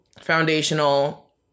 foundational